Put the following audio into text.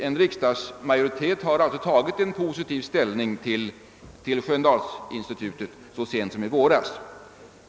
En riksdagsmajoritet har alltså tagit positiv ställning till Sköndalsinstitutet så sent som i våras.